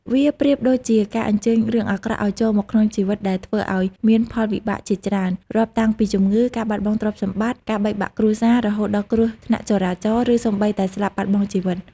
វាប្រៀបដូចជាការអញ្ជើញរឿងអាក្រក់ឲ្យចូលមកក្នុងជីវិតដែលធ្វើឲ្យមានផលវិបាកជាច្រើន រាប់តាំងពីជំងឺ ការបាត់បង់ទ្រព្យសម្បត្តិ ការបែកបាក់គ្រួសារ រហូតដល់គ្រោះថ្នាក់ចរាចរណ៍ ឬសូម្បីតែស្លាប់បាត់បង់ជីវិត។